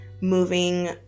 moving